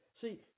See